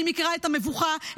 אני מכירה את המבוכה,